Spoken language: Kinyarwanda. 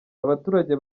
abaturage